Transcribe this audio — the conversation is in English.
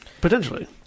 Potentially